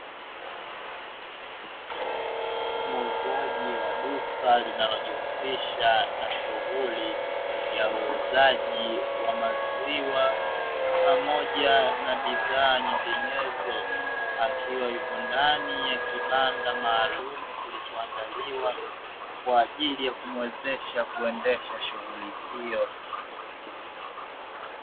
Muuzaji wa duka linalojihusisha na shughuli ya uuzaji wa maziwa, pamoja na bidhaa nyinginezo akiwa yupo ndani ya kibanda maalumu kilichoandaliwa kwa ajili ya kumwezesha kuendesha shughuli hiyo.